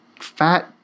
fat